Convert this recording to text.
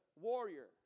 warrior